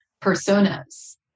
personas